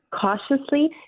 cautiously